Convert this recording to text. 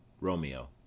Romeo